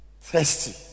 thirsty